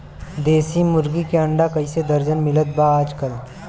देशी मुर्गी के अंडा कइसे दर्जन मिलत बा आज कल?